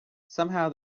somehow